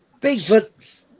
Bigfoot